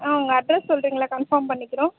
ஆ உங்கள் அட்ரஸ் சொல்லுறீங்களா கன்பார்ம் பண்ணிக்கிறோம்